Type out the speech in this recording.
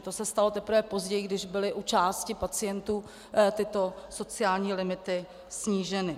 To se stalo teprve později, když byly u části pacientů tyto sociální limity sníženy.